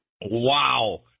Wow